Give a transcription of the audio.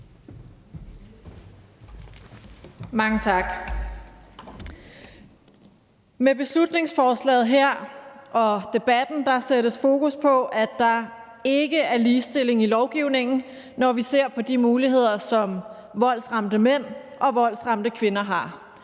Med beslutningsforslaget her og debatten sættes der fokus på, at der ikke er ligestilling i lovgivningen, når vi ser på de muligheder, som voldsramte mænd og voldsramte kvinder har